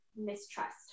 mistrust